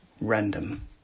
Random